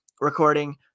Recording